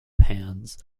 pans